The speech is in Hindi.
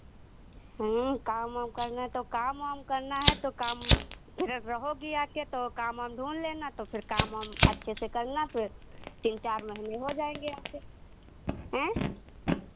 हाँ काम ओम करना तो काम वाम करना है तो काम फिर रहोगी आके तो काम वाम ढूढ़ लेना तो फिर काम वाम अच्छे से करना फिर तीन चार महीने हो जाएंगे यहाँ पे आँय